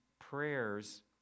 prayers